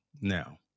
now